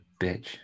bitch